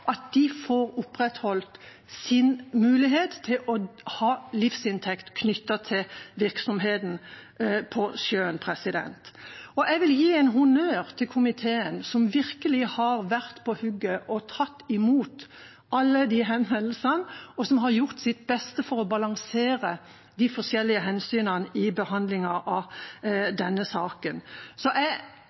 at de får opprettholdt sin mulighet til å ha livsinntekt knyttet til virksomheten på sjøen. Jeg vil gi en honnør til komiteen, som virkelig har vært på hugget og tatt imot alle de henvendelsene, og som har gjort sitt beste for å balansere de forskjellige hensynene i behandlingen av denne saken. Jeg kan bare si at jeg